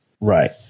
Right